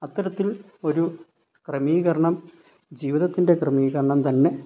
അത്തരത്തിൽ ഒരു ക്രമീകരണം ജീവിതത്തിൻ്റെ ക്രമീകരണം തന്നെ